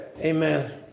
Amen